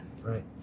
Right